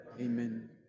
Amen